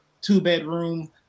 two-bedroom